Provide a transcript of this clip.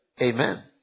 Amen